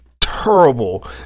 terrible